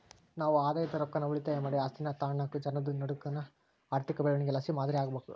ನಾವು ಆದಾಯದ ರೊಕ್ಕಾನ ಉಳಿತಾಯ ಮಾಡಿ ಆಸ್ತೀನಾ ತಾಂಡುನಾಕ್ ಜನುದ್ ನಡೂಕ ಆರ್ಥಿಕ ಬೆಳವಣಿಗೆಲಾಸಿ ಮಾದರಿ ಆಗ್ಬಕು